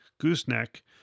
gooseneck